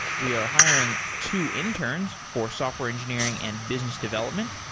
we are hiring two interns for software engineering and business development.